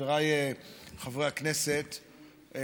חבריי חברי הכנסת,